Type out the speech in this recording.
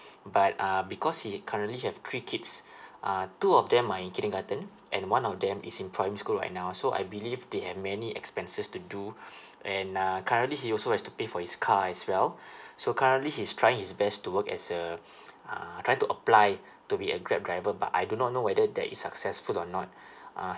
but uh because he currently have three kids uh two of them are in kindergarten and one of them is in primary school right now so I believe they have many expenses to do and uh currently he also has to pay for his car as well so currently he's trying his best to work as a uh trying to apply to be a grab driver but I do not know whether that is successful or not uh